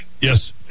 Yes